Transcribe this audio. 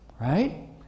Right